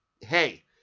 hey